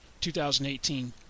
2018